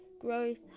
growth